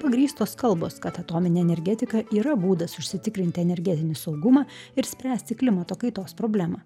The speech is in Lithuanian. pagrįstos kalbos kad atominė energetika yra būdas užsitikrinti energetinį saugumą ir spręsti klimato kaitos problemą